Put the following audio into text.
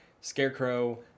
scarecrow